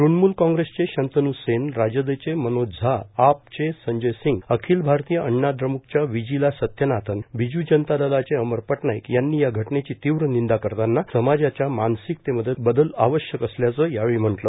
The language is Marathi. तृणमुल काँग्रेसचे शंतव्र सेन राजदचे मनोज झा आपचे संजय सींग अखिल भारतीय अन्नाद्रमुकच्या विजीला सध्यनाथन बीजु जनता दलाचे अमर पटनाईक यांनी या घटवेची तीव्र निंदा करताना समाजाच्या मानसिकतेमध्ये बदल आवश्यक असल्याचं यावेळी म्हटलं